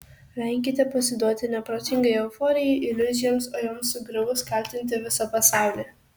venkite pasiduoti neprotingai euforijai iliuzijoms o joms sugriuvus kaltinti visą pasaulį